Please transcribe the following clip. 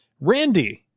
Randy